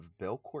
Belcourt